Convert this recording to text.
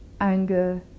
anger